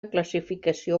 classificació